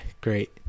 great